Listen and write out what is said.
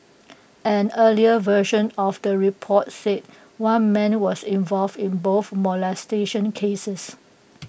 an earlier version of the report said one man was involved in both molestation cases